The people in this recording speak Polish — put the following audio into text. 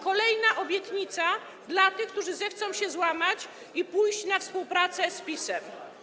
Kolejna obietnica dla tych, którzy zechcą się złamać i pójść na współpracę z PiS-em.